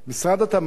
משרד התמ"ת,